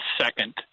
second